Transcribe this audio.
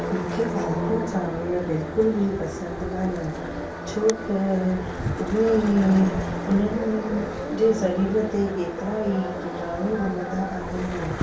मूंखे पालतू जानवर बिल्कुलु बि पसंदि कान्हनि छो त उहे उन्हनि जे सरीर ते केतिरा ई किटाणूं घुमंदा आहिनि